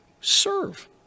Serve